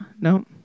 No